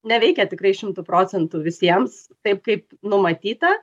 neveikia tikrai šimtu procentų visiems taip kaip numatyta